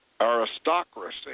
aristocracy